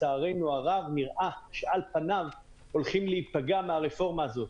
לצערנו הרב נראה שעל פניו הולכים להיפגע מהרפורמה הזאת.